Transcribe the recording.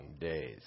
days